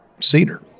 cedar